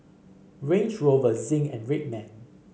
Range Rover Zinc and Red Man